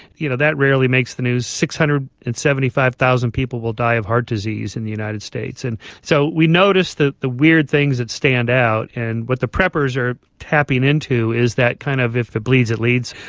you know that rarely makes the news. six hundred and seventy five thousand people will die of heart disease in the united states. and so we notice the the weird things that stand out. and what the preppers are tapping into is that kind of if it bleeds it leads,